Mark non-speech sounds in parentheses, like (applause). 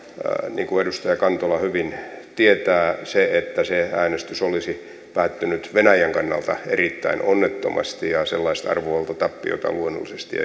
niin kuin edustaja kantola hyvin tietää että se äänestys olisi päättynyt venäjän kannalta erittäin onnettomasti ja sellaista arvovaltatappiota luonnollisesti (unintelligible)